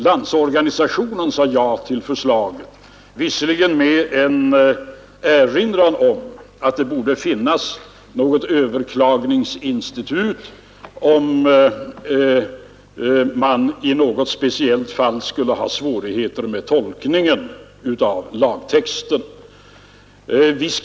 Landsorganisationen sade ja till förslaget men med en erinran om att det borde finnas något överklagningsinstitut, om man i något speciellt fall skulle ha svårigheter med tolkning av lagtexten.